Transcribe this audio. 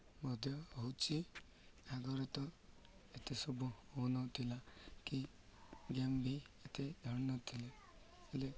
ମଧ୍ୟ ଅଛି ଆଗରେ ତ ଏତେ ସବୁ ହେଉନଥିଲା କି ଗେମ୍ ବି ଏତେ ଜାଣୁନଥିଲେ ହେଲେ